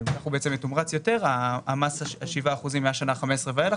אנחנו בעצם מומרץ יותר ה-7 אחוזים מהשנה ה-15 ואילך